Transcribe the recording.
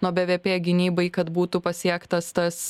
nuo bvp gynybai kad būtų pasiektas tas